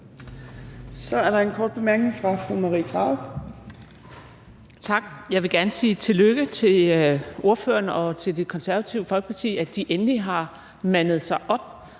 Så er der en kort bemærkning fra fru Marie Krarup. Kl. 10:26 Marie Krarup (DF): Tak. Jeg vil gerne sige tillykke til ordføreren og til Det Konservative Folkeparti med, at de endelig har mandet sig op